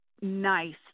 nice